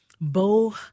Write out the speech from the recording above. Bo